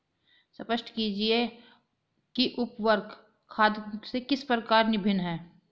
स्पष्ट कीजिए कि उर्वरक खाद से किस प्रकार भिन्न है?